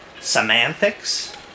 Semantics